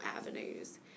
avenues